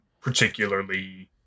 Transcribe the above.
particularly